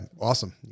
Awesome